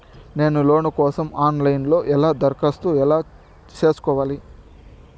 నేను లోను కోసం online లో ఎలా దరఖాస్తు ఎలా సేసుకోవాలి?